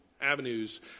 avenues